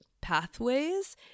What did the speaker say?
pathways